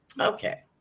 Okay